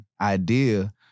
idea